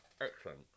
excellent